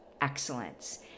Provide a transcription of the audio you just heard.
excellence